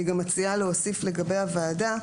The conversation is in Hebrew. אני גם מציעה להוסיף לגבי הוועדה,